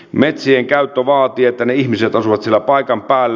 metsienkäyttö vaatii että ne ihmiset asuvat siellä paikan päällä